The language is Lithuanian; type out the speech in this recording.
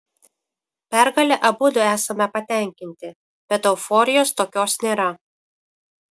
pergale abudu esame patenkinti bet euforijos tokios nėra